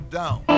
down